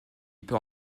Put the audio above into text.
peut